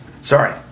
Sorry